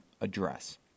address